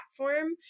platform